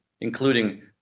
including